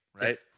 right